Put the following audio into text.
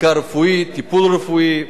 בדיקה רפואית, טיפול רפואי,